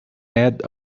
edge